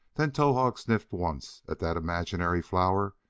then towahg sniffed once at that imaginary flower,